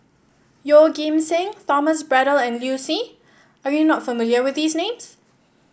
Yeoh Ghim Seng Thomas Braddell and Liu Si are you not familiar with these names